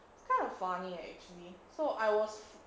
so it's kind of funny actually so